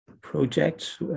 projects